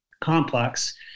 complex